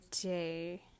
day